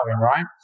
right